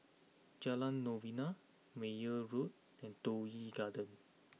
Jalan Novena Meyer Road and Toh Yi Garden